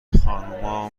خانوما